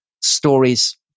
stories